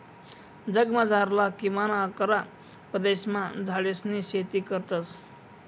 जगमझारला किमान अकरा प्रदेशमा झाडेसनी शेती करतस